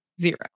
zero